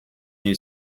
you